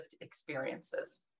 experiences